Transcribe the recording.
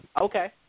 okay